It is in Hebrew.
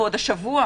ועוד השבוע,